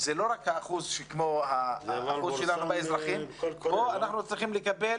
זה לא רק האחוז כמו האחוז שלנו באוכלוסייה אלא כאן אנחנו צריכים לקבל